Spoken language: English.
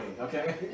okay